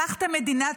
לקחתם מדינה,